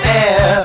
air